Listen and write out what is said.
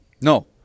No